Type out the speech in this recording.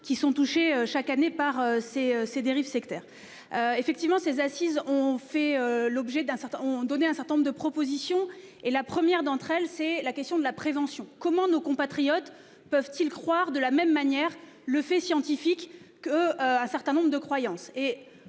qui sont touchées chaque année par ces ces dérives sectaires. Effectivement ces assises ont fait l'objet d'un certain ont donné un certain nombre de propositions et la première d'entre elles. C'est la question de la prévention, comment nos compatriotes peuvent-ils croire de la même manière le fait scientifique que un certain nombre de croyances